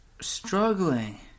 struggling